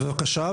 בבקשה,